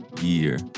year